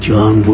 John